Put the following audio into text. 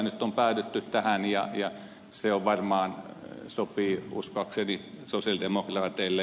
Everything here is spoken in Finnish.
nyt on päädytty tähän ja se uskoakseni varmaan sopii sosialidemokraateille